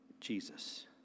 Jesus